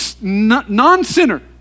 non-sinner